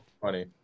funny